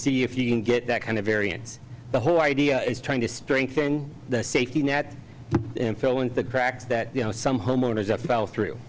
see if you can get that kind of variance the whole idea is trying to strengthen the safety net and fill in the cracks that you know some homeowners that fell through